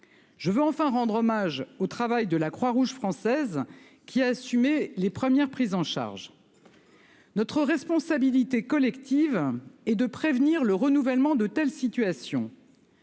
Je veux enfin rendre hommage au travail de la Croix-Rouge française, qui a assumé les premières prises en charge. Notre responsabilité collective est de prévenir le renouvellement de telles situations.